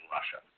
Russia